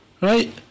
Right